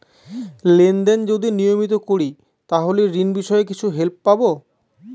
Lane দেন যদি নিয়মিত করি তাহলে ঋণ বিষয়ে কিছু হেল্প পাবো?